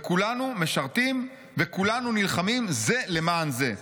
וכולנו משרתים, וכולנו נלחמים זה למען זה.